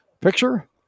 picture